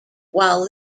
while